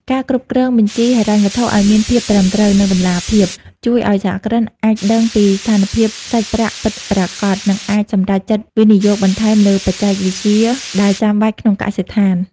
ការគ្រប់គ្រងបញ្ជីហិរញ្ញវត្ថុឱ្យមានភាពត្រឹមត្រូវ និងតម្លាភាព ជួយឱ្យសហគ្រិនអាចដឹងពីស្ថានភាពសាច់ប្រាក់ពិតប្រាកដ និងអាចសម្រេចចិត្តវិនិយោគបន្ថែមលើបច្ចេកវិទ្យាដែលចាំបាច់ក្នុងកសិដ្ឋាន។